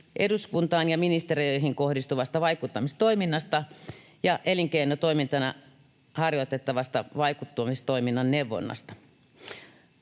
eduskuntaan ja ministeriöihin kohdistuvasta vaikuttamistoiminnasta ja elinkeinotoimintana harjoitettavasta vaikuttamistoiminnan neuvonnasta.